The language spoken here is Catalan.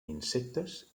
insectes